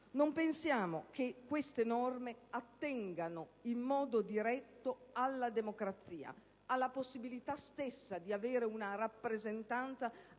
Non pensiamo che queste norme attengano in modo diretto alla democrazia, alla possibilità stessa di avere una rappresentanza,